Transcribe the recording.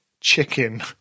chicken